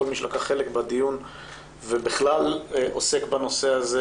מי שלקח חלק בדיון ובכלל עוסק בנושא הזה,